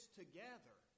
together